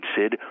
Sid